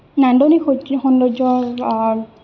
নান্দনিক সৌন্দৰ্য